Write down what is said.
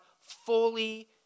fully